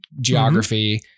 geography